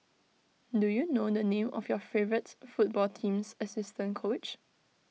do you know the name of your favourites football team's assistant coach